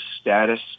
status